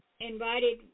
invited